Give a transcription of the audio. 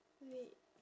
wait